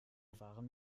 waren